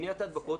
מניעת ההדבקות.